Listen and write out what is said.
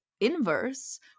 inverse